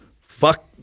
Fuck